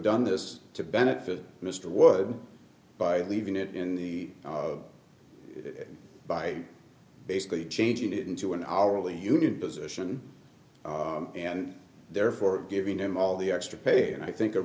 done this to benefit mr wood by leaving it in the by basically changing it into an hourly union position and therefore giving him all the extra pay and i think a